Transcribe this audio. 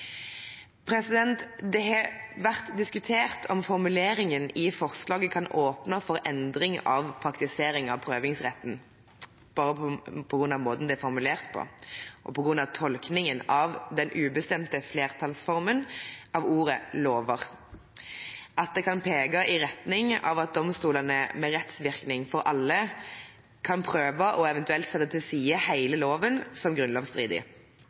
Det har vært diskutert om formuleringen i forslaget kan åpne for endring av praktiseringen av prøvingsretten på grunn av måten den er formulert på, og på grunn av tolkningen av den ubestemte flertallsformen av ordet «lover», at det kan peke i retning av at domstolene med rettsvirkning for alle kan prøve og eventuelt sette til side hele loven som